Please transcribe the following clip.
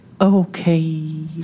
okay